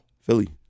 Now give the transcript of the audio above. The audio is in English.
Philly